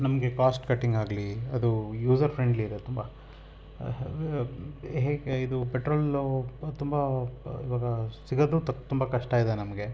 ನಮಗೆ ಕಾಸ್ಟ್ ಕಟ್ಟಿಂಗಾಗಲಿ ಅದು ಯೂಸರ್ ಫ್ರೆಂಡ್ಲಿ ಇದೆ ತುಂಬ ಹೇಗೆ ಇದು ಪೆಟ್ರೋಲು ತುಂಬ ಇವಾಗ ಸಿಗೋದು ತುಂಬ ಕಷ್ಟ ಇದೆ ನಮಗೆ